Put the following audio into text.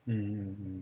mm